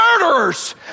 murderers